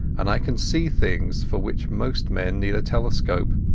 and i can see things for which most men need a telescope.